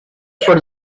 for